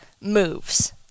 moves